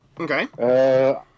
Okay